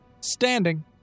standing